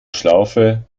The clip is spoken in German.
schlaufe